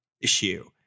issue